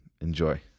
Enjoy